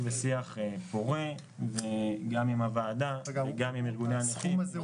ושיח פורה גם עם הוועדה וגם עם ארגוני הנכים.